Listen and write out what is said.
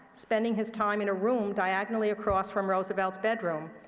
spending his time in a room diagonally across from roosevelt's bedroom,